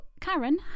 Karen